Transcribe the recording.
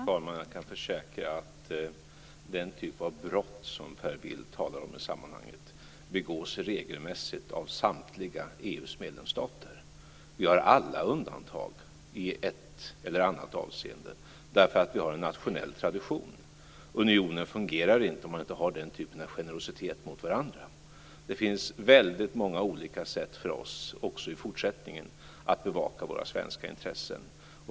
Fru talman! Jag kan försäkra att den typ av brott som Per Bill talar om i sammanhanget begås regelmässigt av samtliga EU:s medlemsstater. Vi har alla undantag i ett eller annat avseende. Det finns en nationell tradition. Unionen fungerar inte om inte den typen av generositet mot varandra finns. Det finns många sätt för oss att även i fortsättningen bevaka våra svenska intressen.